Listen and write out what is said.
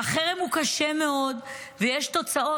החרם הוא קשה מאוד, ויש תוצאות.